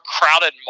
crowded